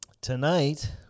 tonight